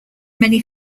many